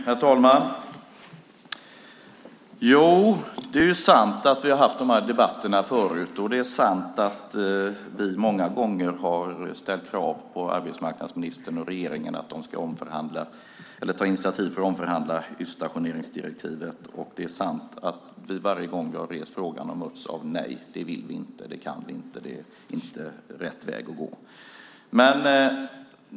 Herr talman! Det är sant att vi har haft debatterna förut, det är sant att vi många gånger har ställt krav på arbetsmarknadsministern och regeringen att ta initiativ till att omförhandla utstationeringsdirektivet och det är sant att varje gång vi har rest frågan har man sagt att man inte vill, inte kan och att det inte är rätt väg att gå.